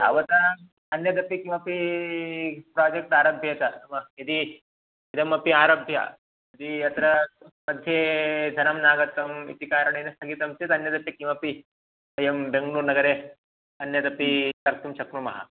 तावत् अन्यदपि किमपि प्राजेक्ट् आरभ्येत यदि इदमपि आरभ्य यदि अत्र मध्ये धनं नागतम् इति कारणेन स्थगितं चेत् अन्यदपि किमपि वयं बेङ्ग्ळूर्नगरे अन्यदपि कर्तुं शक्नुमः